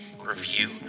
review